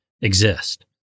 exist